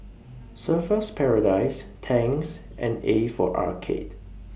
Surfer's Paradise Tangs and A For Arcade